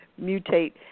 mutate